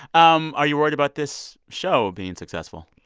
um are you worried about this show being successful?